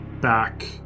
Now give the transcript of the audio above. back